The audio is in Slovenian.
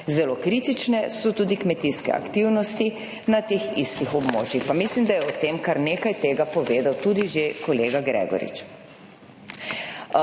Zelo kritične so tudi kmetijske aktivnosti na teh istih območjih.« Pa mislim, da je o tem kar nekaj tega povedal tudi že kolega Gregorič.